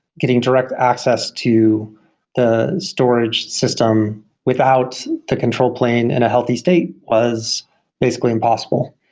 getting direct access to the storage system without the control plane and a healthy state was basically impossible.